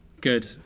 Good